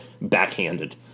backhanded